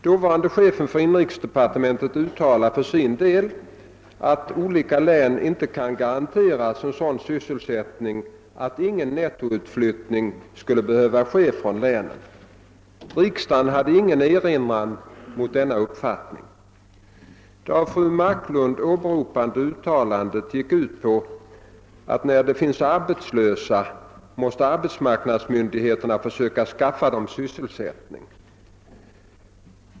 Dåvarande chefen för inrikesdepartementet uttalade för sin del att olika län inte kan garanteras en sådan sysselsättning att ingen nettoutflyttning skulle behöva ske från länen. Riksdagen hade ingen erinran mot denna uppfattning. Det av fru Marklund åberopade uttalandet gick ut på att när det finns arbetslösa måste arbetsmarknadsmyndigheterna försöka skaffa dem sysselsättning.